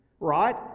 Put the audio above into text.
right